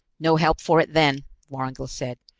no help for it then, vorongil said.